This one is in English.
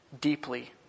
deeply